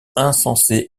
insensé